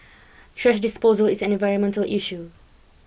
trash disposal is an environmental issue